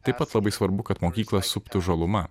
taip pat labai svarbu kad mokyklą suptų žaluma